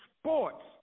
sports